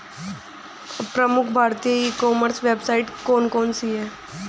प्रमुख भारतीय e commerce website कौन कौन सी हैं?